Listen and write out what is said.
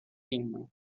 him